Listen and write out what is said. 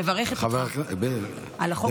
אני מברכת אותך על החוק החשוב הזה.